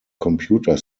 computer